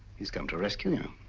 he's come to rescue